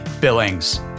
billings